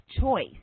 choice